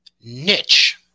Niche